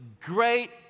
great